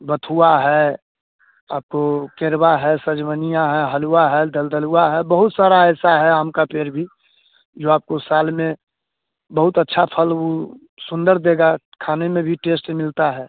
बथुआ है आपको केरवा है सजमनिया है हलुआ है दलदलुआ है बहुत सारे ऐसे हैं आम के पेड़ भी जो आपको साल में बहुत अच्छा फल वह सुंदर देगा खाने में भी टेस्ट मिलता है